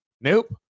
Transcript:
nope